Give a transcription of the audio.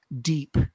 deep